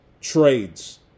trades